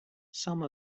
some